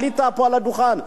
עלית פה על הדוכן,